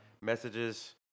Messages